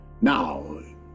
Now